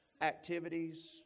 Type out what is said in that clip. activities